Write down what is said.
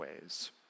ways